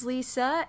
Lisa